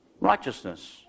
righteousness